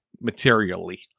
materially